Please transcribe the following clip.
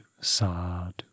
sad